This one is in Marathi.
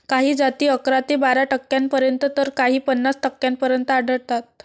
काही जाती अकरा ते बारा टक्क्यांपर्यंत तर काही पन्नास टक्क्यांपर्यंत आढळतात